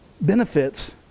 benefits